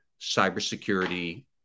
cybersecurity